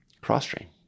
Cross-train